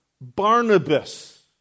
Barnabas